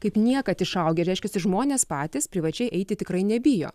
kaip niekad išaugę reiškiasi žmonės patys privačiai eiti tikrai nebijo